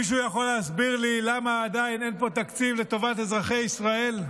מישהו יכול להסביר לי למה עדיין אין פה תקציב לטובת אזרחי ישראל?